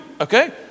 Okay